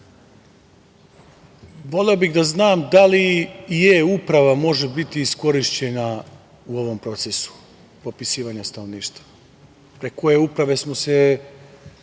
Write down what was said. bude. Voleo bih da znam da li e-Uprava može biti iskorišćena u ovom procesu popisivanja stanovništva. Preko e-Uprave smo se